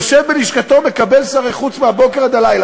יושב בלשכתו ומקבל שרי חוץ מהבוקר עד הלילה.